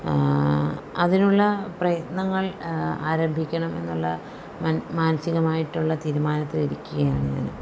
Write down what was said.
അതിനുള്ള പ്രയത്നങ്ങൾ ആരംഭിക്കണം എന്നുള്ള മാനസികമായിട്ടുള്ള തീരുമാനത്തിൽ ഇരിക്കുകയാണ് ഞാൻ